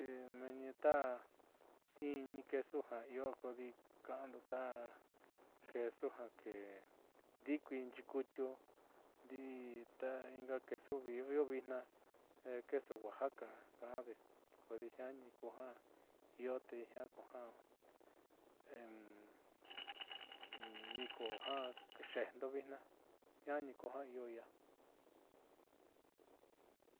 Meenni ta inni queso ja io kodi ka'ando ta queso ja ke'e di'ikui nyii kutiu ndi'i ta inga queso io vitnaa queso oaxaca ka'ande kodi jiaani kuja io te jiaa kuja niiko'o ja xe'ejndo vitnaa jiaani kuja io i'ia.